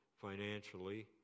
financially